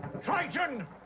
Triton